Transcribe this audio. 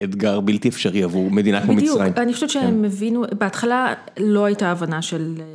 אתגר בלתי אפשרי עבור מדינת מצרים, בדיוק אני חושבת שהם הבינו בהתחלה לא הייתה הבנה של